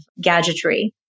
gadgetry